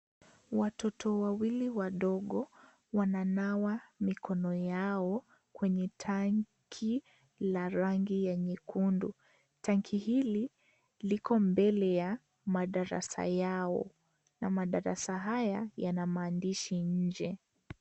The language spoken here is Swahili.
Watoto wawili wadogo wananawa mikono yao kwenye tanki la rangi ya nyekundu. Tanki hili liko mbele ya madarasa yao na madarasa haya yana maandishi nje.